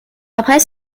après